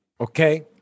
Okay